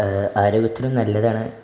ആരോഗ്യത്തിനും നല്ലതാണ്